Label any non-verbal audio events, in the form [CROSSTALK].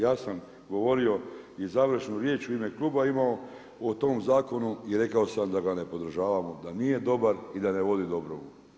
Ja sam govorio i završnu riječ u ime kluba, … [UNINTELLIGIBLE] o tom zakonu i rekao sam da ga ne podržavamo, da nije dobar i da ne vodi dobromu.